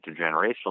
intergenerational